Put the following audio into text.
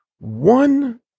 one